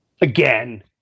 again